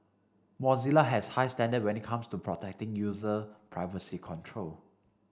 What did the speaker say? Mozilla has high standard when it comes to protecting user privacy control